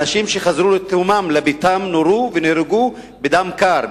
אנשים שחזרו לתומם לביתם נורו ונהרגו בדם קר,